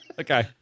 Okay